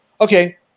Okay